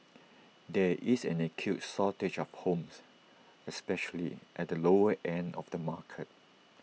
there is an acute shortage of homes especially at the lower end of the market